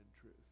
truth